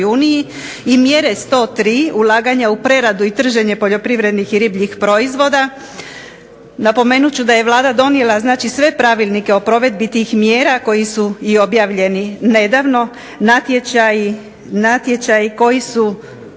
i mjere 103. ulaganja u preradu i trženje poljoprivrednih i ribljih proizvoda. Napomenut ću da je vlada donijela sve pravilnike za provedbu tih mjera koji su objavljeni nedavno, natječaji koji su